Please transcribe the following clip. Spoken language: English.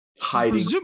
hiding